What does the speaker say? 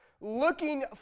looking